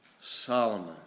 Solomon